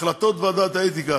החלטות ועדת האתיקה